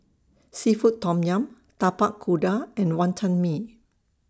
Seafood Tom Yum Tapak Kuda and Wantan Mee